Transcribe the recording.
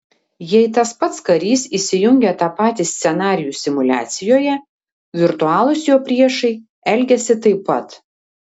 jei tas pats karys įsijungia tą patį scenarijų simuliacijoje virtualūs jo priešai elgiasi taip pat